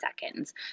seconds